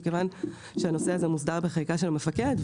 מכיוון שהנושא הזה מוסדר בחקיקה של מפקד.